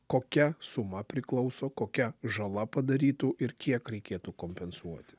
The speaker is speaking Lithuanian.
kokia suma priklauso kokia žala padarytų ir kiek reikėtų kompensuoti